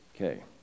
Okay